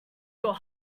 your